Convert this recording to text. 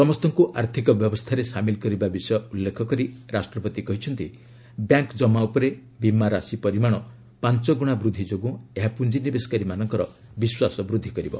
ସମସ୍ତଙ୍କୁ ଆର୍ଥିକ ବ୍ୟବସ୍ଥାରେ ସାମିଲ କରିବା ବିଷୟ ଉଲ୍ଲେଖ କରି ରାଷ୍ଟ୍ରପତି କହିଛନ୍ତି ବ୍ୟାଙ୍କ ଜମା ଉପରେ ବିମାରାଶି ପରିମାଣ ପାଞ୍ଚ ଗୁଣା ବୃଦ୍ଧି ଯୋଗୁଁ ଏହା ପୁଞ୍ଜିନିବେଶକାରୀମାନଙ୍କ ବିଶ୍ୱାସ ବଡ଼ାଇବ